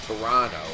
Toronto